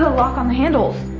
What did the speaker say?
lock on the handles.